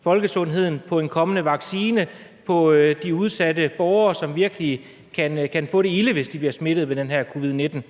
folkesundheden, på en kommende vaccine, på de udsatte borgere, som virkelig kan få det ilde, hvis de bliver smittet med den her covid-19.